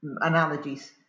analogies